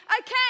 Okay